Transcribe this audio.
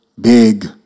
Big